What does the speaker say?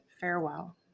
farewell